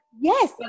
Yes